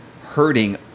hurting